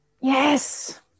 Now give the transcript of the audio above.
Yes